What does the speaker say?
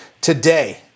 today